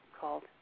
called